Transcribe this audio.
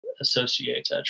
associate